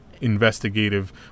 investigative